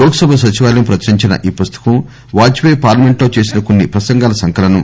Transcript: లోక్ సభ సచివాలయం ప్రచురించిన ఈ పుస్తకం వాజ్ పేయి పార్లమెంట్ లో చేసిన కొన్ని ప్రసంగాల సంకలనం